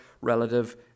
relative